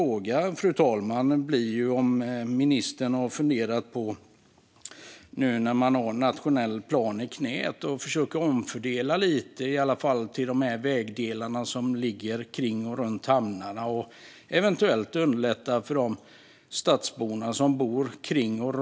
Min fråga blir därför om ministern, nu när han har nationell plan i knät, har funderat på att försöka omfördela i alla fall lite till de vägdelar som ligger runt hamnarna och eventuellt underlätta för de stadsbor som bor där.